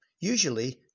Usually